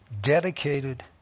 dedicated